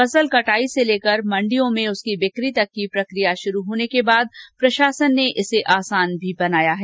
फसल कटाई से लेकर मंडियों में उसकी बिकी तक की प्रकिया शुरू होने के बाद प्रशासन ने इसे आसान भी बनाया है